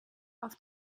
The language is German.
auf